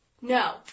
no